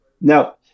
Now